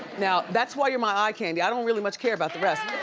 now that's why you're my eye candy. i don't really much care about the rest.